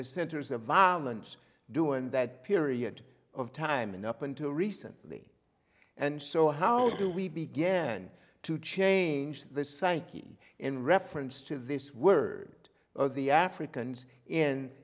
the centers of violence due in that period of time and up until recently and so how do we began to change the psyche in reference to this word or the africans